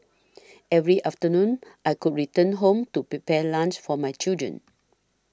every afternoon I could return home to prepare lunch for my children